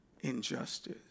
injustice